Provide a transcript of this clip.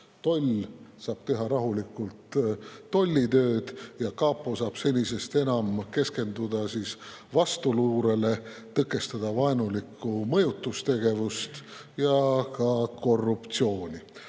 Toll saab teha rahulikult tollitööd ja kapo saab senisest enam keskenduda vastuluurele, tõkestada vaenulikku mõjutustegevust ja ka korruptsiooni. Aga